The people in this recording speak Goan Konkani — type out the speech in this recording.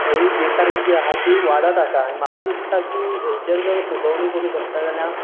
ही बेकारी जी आहा ती वाडत आसा आनी म्हाका दिसता की हेचेर जर सुचोवणी करूंक शकता जाल्यार